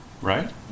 right